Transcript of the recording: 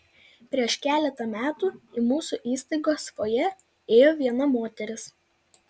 prieš keletą metų į mūsų įstaigos fojė įėjo viena moteris